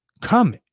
come